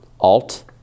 Alt